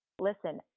listen